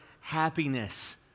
happiness